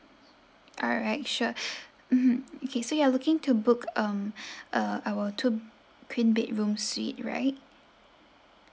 alright sure mmhmm okay so you are looking to book um uh our two queen bedroom suite right